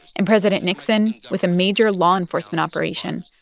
and president nixon, with a major law enforcement operation,